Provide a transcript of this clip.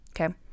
Okay